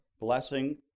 blessing